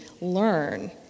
learn